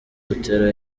butera